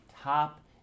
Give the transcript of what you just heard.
top